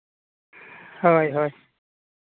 ᱦᱳᱭ ᱦᱳᱭ